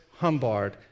Humbard